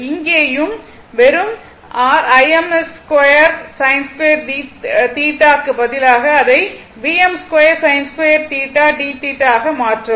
இங்கேயும் வெறும் r Im2sin2θ க்கு பதிலாக அதை Vm2sin2θ dθ ஆக மாற்றவும்